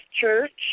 church